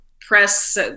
press